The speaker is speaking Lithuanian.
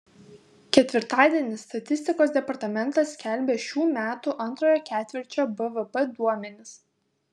ketvirtadienį statistikos departamentas skelbia šių metų antrojo ketvirčio bvp duomenis